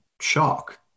shock